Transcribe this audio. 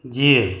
जीउ